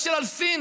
יותר מאשר על סין.